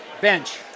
bench